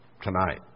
tonight